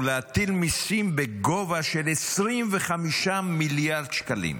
להטיל מיסים בגובה של 25 מיליארד שקלים,